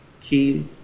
key